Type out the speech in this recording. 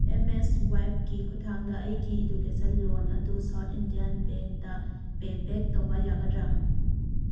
ꯑꯦꯝꯃꯦꯁꯋꯥꯏꯞꯀꯤ ꯈꯨꯊꯥꯡꯗ ꯑꯩꯒꯤ education loan ꯑꯗꯨ ꯁꯥꯎꯠ ꯏꯟꯗꯤꯌꯥꯟ ꯕꯦꯡꯗ ꯄꯦꯕꯦꯛ ꯇꯧꯕ ꯌꯥꯒꯗ꯭ꯔꯥ